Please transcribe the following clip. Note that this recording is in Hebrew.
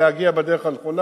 להגיע בדרך הנכונה.